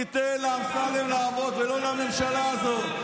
אנחנו לא ניתן לאמסלם לעבוד, ולא לממשלה הזאת.